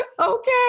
Okay